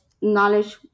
knowledge